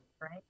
right